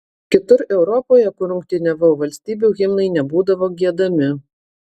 kitur europoje kur rungtyniavau valstybių himnai nebūdavo giedami